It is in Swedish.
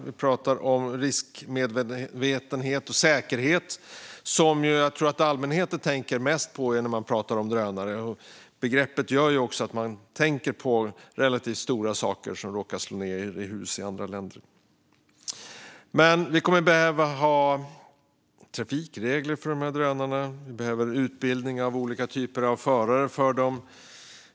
Vi pratar om riskmedvetenhet och säkerhet, som jag tror att allmänheten tänker mest på när det pratas om drönare. Begreppet gör att man tänker på relativt stora saker som råkar slå ned i hus i andra länder. Vi kommer att behöva ha trafikregler för drönare. Vi behöver utbildning av olika typer av förare för dem.